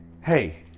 Hey